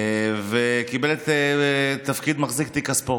והוא קיבל את תפקיד מחזיק תיק הספורט.